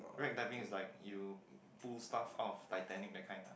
wreck diving is like you pull stuff out of Titanic that kind ah